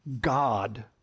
God